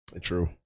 True